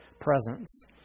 presence